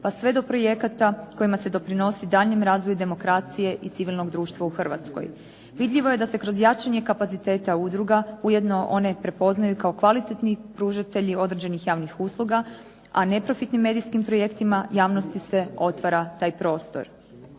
pa sve do projekata kojima se doprinosi daljnjem razvoju demokracije i civilnog društva u Hrvatskoj. Vidljivo je da se kroz jačanje kapaciteta udruga ujedno one i prepoznaju kao kvalitetni pružatelji određenih javnih usluga, a neprofitnim medijskim projektima javnosti se otvara taj prostor.